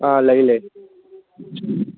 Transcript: ꯑꯥ ꯂꯩ ꯂꯩ